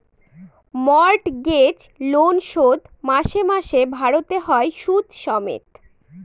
mortgage loan শোধ মাসে মাসে ভারতে হয় সুদ সমেত